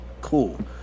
cool